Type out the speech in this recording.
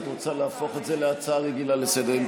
את רוצה להפוך את זה להצעה רגילה לסדר-היום?